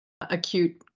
acute